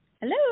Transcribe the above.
Hello